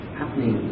happening